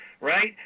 right